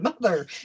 mother